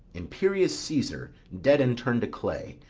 imperious caesar, dead and turn'd to clay,